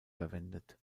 verwendet